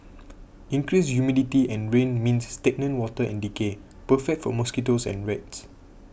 increased humidity and rain means stagnant water and decay perfect for mosquitoes and rats